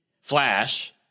Flash